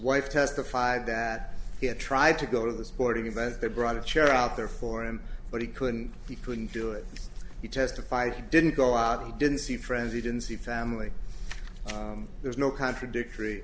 wife testified that he had tried to go to the sporting event they brought a chair out there for him but he couldn't he couldn't do it he testified he didn't go out he didn't see friends he didn't see family there's no contradictory